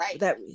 Right